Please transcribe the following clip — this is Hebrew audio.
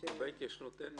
לגבי ההתיישנות אין